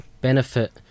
benefit